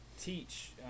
teach